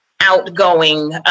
outgoing